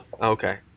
Okay